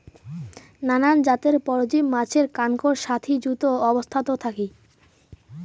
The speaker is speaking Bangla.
নানান জাতের পরজীব মাছের কানকোর সাথি যুত অবস্থাত থাকি